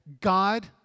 God